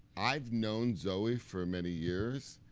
i've known zoe for many years.